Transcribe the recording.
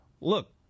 look